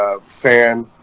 fan